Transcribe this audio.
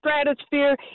stratosphere